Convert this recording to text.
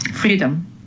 Freedom